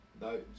No